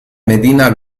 medina